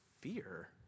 fear